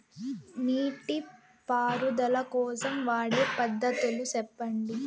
నీటి పారుదల కోసం వాడే పద్ధతులు సెప్పండి?